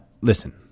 listen